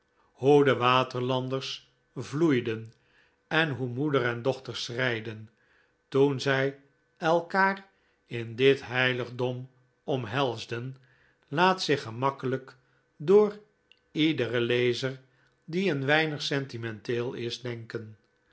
de waterlanders vloeiden en hoe moeder en dochter schreiden toen zij elkaar in dit heiligdom omhelsden laat zich gemakkelijk door iederen lezer die een weinig sentimenteel is denken